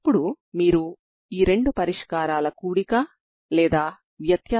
మీరు c1c2 ని పొందిన తర్వాత సాధారణ పరిష్కారం ఏమౌతుంది